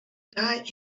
die